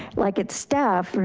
like it staff,